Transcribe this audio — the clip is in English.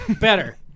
Better